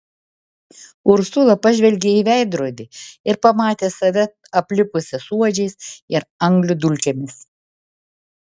ursula pažvelgė į veidrodį ir pamatė save aplipusią suodžiais ir anglių dulkėmis